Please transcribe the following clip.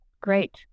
great